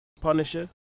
Punisher